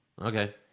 Okay